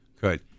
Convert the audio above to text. good